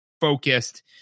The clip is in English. focused